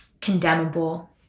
condemnable